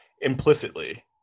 implicitly